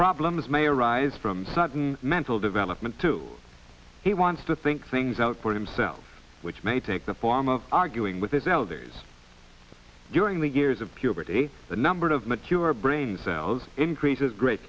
problems may arise from certain mental development too he wants to think things out for himself which may take the form of arguing with his elders during the years of puberty the number of mature brain cells increases great